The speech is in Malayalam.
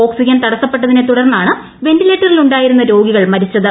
ഓക്സിജൻ തടസ്സപ്പെട്ടതിനെത്തുടർന്നാണ് വെന്റിലേറ്ററിൽ ഉണ്ടായിരുന്ന രോഗികൾ മരിച്ചത്